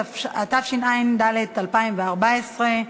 התשע"ד 2014,